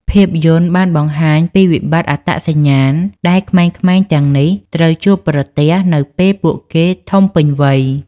ភាពយន្តបានបង្ហាញពីវិបត្តិអត្តសញ្ញាណដែលក្មេងៗទាំងនេះត្រូវជួបប្រទះនៅពេលពួកគេធំពេញវ័យ។